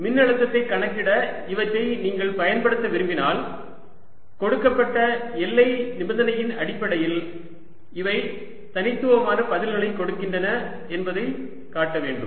மின்னழுத்தத்தை கணக்கிட இவற்றை நீங்கள் பயன்படுத்த விரும்பினால் கொடுக்கப்பட்ட எல்லை நிபந்தனையின் அடிப்படையில் இவை தனித்துவமான பதில்களை கொடுக்கின்றன என்பதைக் காட்ட வேண்டும்